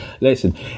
Listen